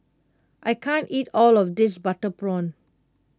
I can't eat all of this Butter Prawn